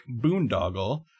boondoggle